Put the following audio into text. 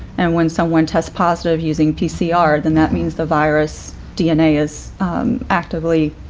and when someone tests positive using pcr, then that means the virus dna is actively,